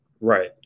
Right